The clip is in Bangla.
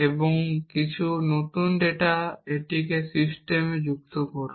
এবং কিছু নতুন ডেটা এটিকে সিস্টেমে যুক্ত করুন